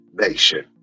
nation